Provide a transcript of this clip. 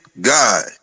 God